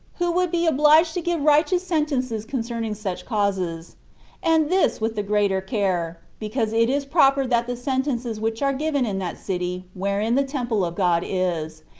who would be obliged to give righteous sentences concerning such causes and this with the greater care, because it is proper that the sentences which are given in that city wherein the temple of god is,